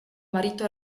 marito